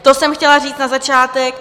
To jsem chtěla říct na začátek.